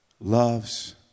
loves